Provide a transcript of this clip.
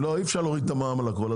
אי אפשר להוריד את המע"מ על הכול.